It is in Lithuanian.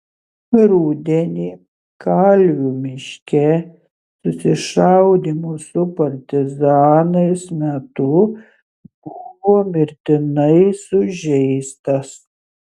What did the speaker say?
rudenį kalvių miške susišaudymo su partizanais metu buvo mirtinai sužeistas